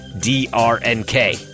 D-R-N-K